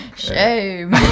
shame